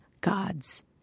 gods